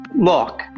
look